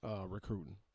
recruiting